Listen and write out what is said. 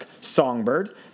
Songbird